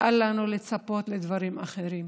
אל לנו לצפות לדברים אחרים.